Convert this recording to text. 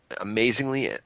amazingly